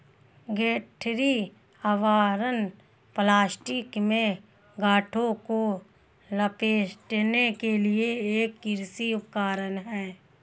गठरी आवरण प्लास्टिक में गांठों को लपेटने के लिए एक कृषि उपकरण है